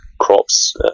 crops